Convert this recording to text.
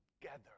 together